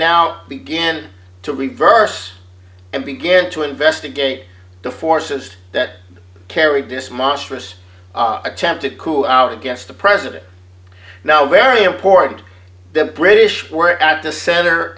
now began to reverse and began to investigate the forces that carried this monstrous attempted coup against the president now very important the british were at the center